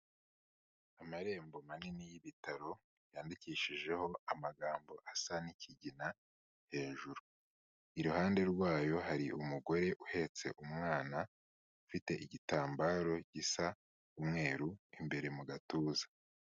Amarembo manini y'ibitaro yandikishijeho amagambo asa n'ikigina hejuru, iruhande rwayo hari umugore uhetse umwana ufite igitambaro gisa umweru imbere mu gatuza.